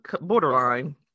borderline